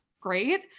great